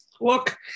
Look